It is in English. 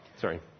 Sorry